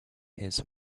his